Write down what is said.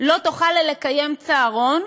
לא תוכל לקיים צהרון